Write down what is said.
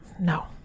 no